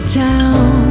town